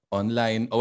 online